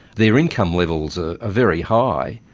their income levels are ah very high,